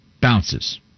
Bounces